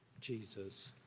Jesus